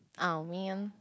oh man